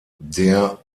der